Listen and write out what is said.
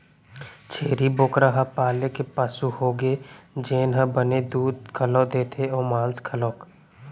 छेरी बोकरा ह पाले के पसु होगे जेन ह बने दूद घलौ देथे अउ मांस घलौक